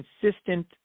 consistent